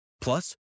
Plus